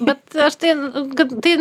bet aš tai kad tai